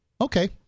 okay